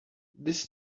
this